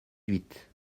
huit